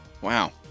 Wow